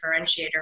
differentiator